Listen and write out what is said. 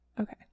Okay